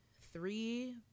three